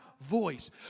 voice